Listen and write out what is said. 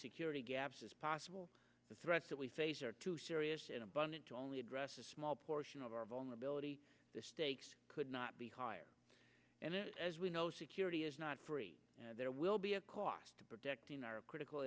security gaps as possible the threats that we face are too serious and abundant to only address a small portion of our vulnerability the stakes could not be higher and as we know security is not free there will be a cost to protecting our critical